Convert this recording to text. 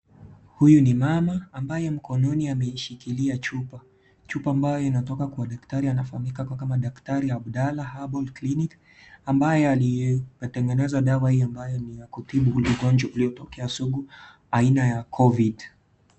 Huyu ni mama ambaye mkononi ameshikilia chupa, chupa ambayo inatoka kwa daktari yanafahamika kama daktari wa Abdellah herbal clinic] ambaye imetengenezwa dawa hiyo ya kutibu ugonjwa uliotokea sugu aina ya covid.